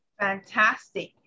Fantastic